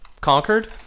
conquered